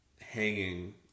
hanging